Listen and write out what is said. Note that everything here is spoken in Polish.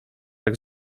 jak